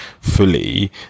fully